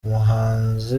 umuhanzi